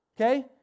Okay